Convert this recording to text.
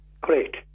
Great